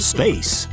Space